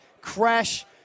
Crash